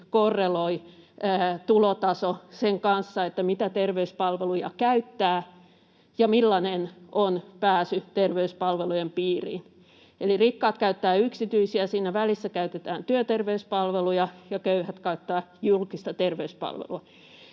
korreloi tulotaso sen kanssa, mitä terveyspalveluja käyttää ja millainen on pääsy terveyspalvelujen piiriin. Eli rikkaat käyttävät yksityisiä, siinä välissä käytetään työterveyspalveluja, ja köyhät käyttävät julkista terveyspalvelua.